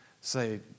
Say